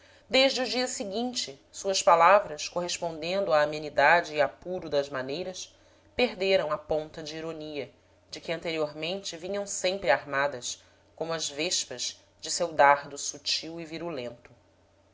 desde o dia seguinte suas palavras correspondendo à amenidade e apuro das maneiras perderam a ponta de ironia de que anteriormente vinham sempre armadas como as vespas de seu dardo sutil e virulento